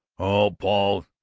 old paul,